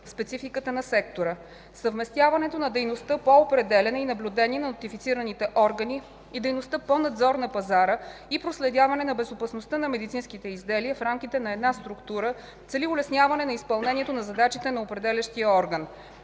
спецификата на сектора. Съвместяването на дейността по определяне и наблюдение на нотифицираните органи и дейността по надзор на пазара и проследяване на безопасността на медицинските изделия, в рамките на една структура, цели улесняване на изпълнението на задачите на определящия орган.